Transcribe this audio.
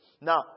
Now